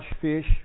fish